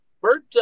Bert